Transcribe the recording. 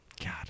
God